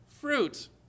fruit